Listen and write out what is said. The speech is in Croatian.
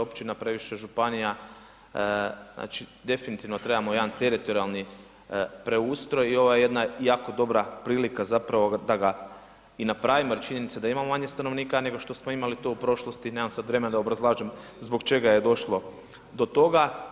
općina, previše županija, znači definitivno trebamo jedan teritorijalni preustroj i ovo je jedna jako dobra prilika da ga i napravimo jel je činjenica da imamo manje stanovnika nego što smo imali to u prošlosti, nemam sada vremena da obrazlažem zbog čega je došlo do toga.